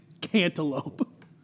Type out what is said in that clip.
cantaloupe